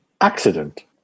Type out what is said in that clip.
Accident